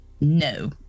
No